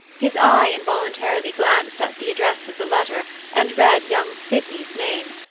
his eye involuntarily glanced at the address of the letter and read young sydney's name.